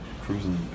cruising